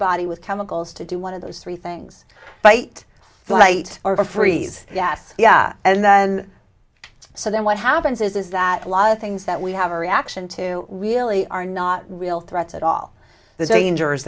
body with chemicals to do one of those three things bite flight or freeze yes yeah and then so then what happens is is that a lot of things that we have a reaction to really are not real threats at all there's a danger